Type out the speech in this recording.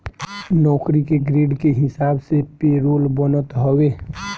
नौकरी के ग्रेड के हिसाब से पेरोल बनत हवे